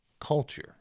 culture